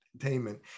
Entertainment